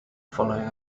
following